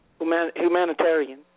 humanitarian